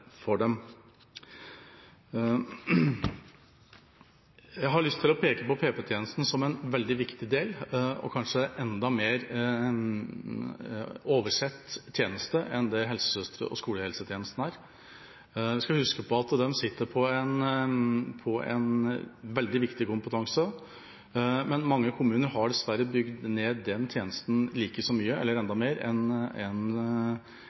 for dem. Jeg har lyst til å peke på PP-tjenesten som en veldig viktig del, og som en kanskje enda mer oversett tjeneste enn helsesøstrene og skolehelsetjenesten er. Man må huske på at de sitter på en veldig viktig kompetanse, men mange kommuner har dessverre bygd ned den tjenesten like mye eller enda mer enn helsesøstertjenesten og skolehelsetjenesten. Med det blir en